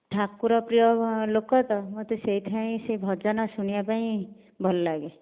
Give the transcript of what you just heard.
ଠାକୁରପ୍ରିୟ ଲୋକ ତ ମୋତେ ସେଇଥିପାଇଁ ସେ ଭଜନ ଶୁଣିବା ପାଇଁ ଭଲ ଲାଗେ